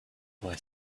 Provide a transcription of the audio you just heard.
boy